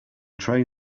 train